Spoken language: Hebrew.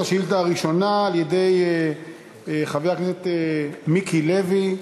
השאילתה הראשונה, על-ידי חבר הכנסת מיקי לוי,